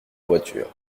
voiture